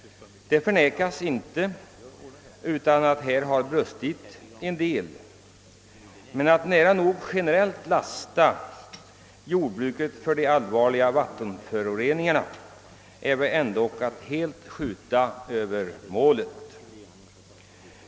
Det förnekas inte att här har brustit en del, men att nära nog generellt ge jordbruket skulden för de allvarliga vattenföroreningarna är väl ändå att helt skjuta över målet.